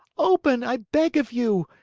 open, i beg of you.